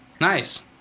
Nice